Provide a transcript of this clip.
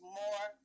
more